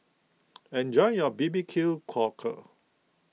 enjoy your B B Q Cockle